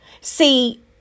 See